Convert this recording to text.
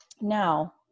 Now